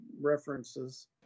references